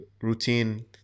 routine